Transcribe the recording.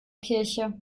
kirche